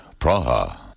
Praha